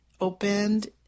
opened